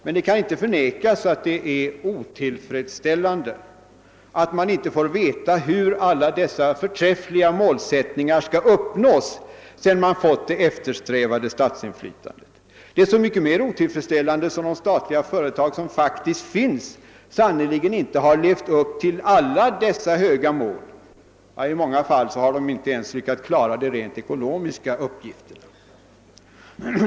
Men det kan inte förnekas att det är otillfredsställande att man inte får veta hur alla dessa förträffliga målsättningar skall uppnås, sedan man genomfört det eftersträvade statsinflytandet. Det är så mycket mer otillfredsställande som de statliga företag som faktiskt finns sannerligen inte har levt upp till dessa höga mål — i många fall har de inte ens lyckats klara de rent ekonomiska uppgifterna.